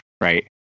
right